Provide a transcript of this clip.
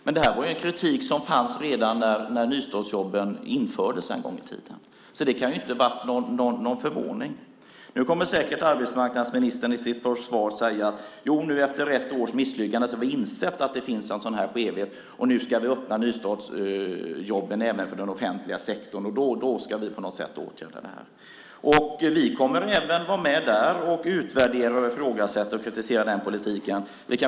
Men det här var en kritik som fanns redan när nystartsjobben infördes en gång i tiden, så det kan ju inte ha varit förvånande. Nu kommer säkert arbetsmarknadsministern i sitt svar att säga: Nu efter ett års misslyckande har vi insett att det finns en sådan här skevhet. Nu ska vi öppna nystartsjobben även för den offentliga sektorn, och då ska vi på något sätt åtgärda det. Vi kommer att vara med även där och utvärdera, ifrågasätta och kritisera den politiken.